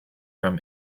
from